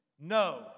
No